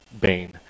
bane